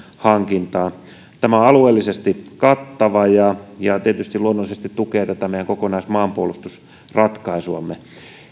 hankintaan tämä on alueellisesti kattava ja ja tietysti luonnollisesti tukee tätä meidän kokonaismaanpuolustusratkaisuamme